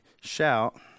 shout